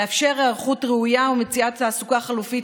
לאפשר היערכות ראויה ומציאת תעסוקה חלופית